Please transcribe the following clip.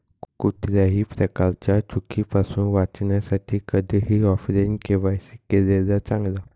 कुठल्याही प्रकारच्या चुकीपासुन वाचण्यासाठी कधीही ऑफलाइन के.वाय.सी केलेलं चांगल